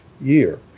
year